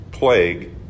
plague